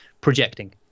projecting